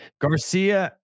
Garcia